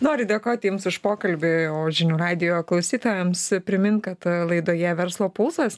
noriu dėkoti jums už pokalbį o žinių radijo klausytojams primint kad laidoje verslo pulsas